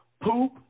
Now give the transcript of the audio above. Poop